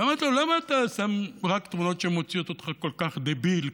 ואמרתי לו: למה אתה שם רק תמונות שמוציאות אותך כל כך דביל?